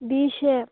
V shape